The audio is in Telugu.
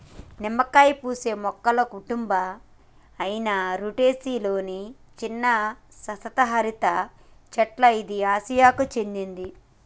నిమ్మకాయ పూసే మొక్కల కుటుంబం అయిన రుటెసి లొని చిన్న సతత హరిత చెట్ల ఇది ఆసియాకు చెందింది